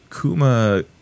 Kuma